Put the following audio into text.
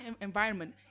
environment